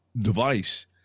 device